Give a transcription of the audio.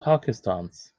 pakistans